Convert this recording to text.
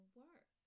work